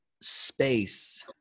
space